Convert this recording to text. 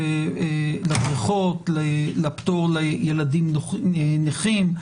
לפטור לילדים נכים,